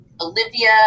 Olivia